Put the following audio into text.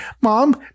Mom